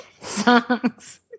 songs